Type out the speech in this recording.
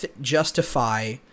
justify